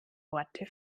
worte